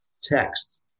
texts